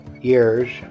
years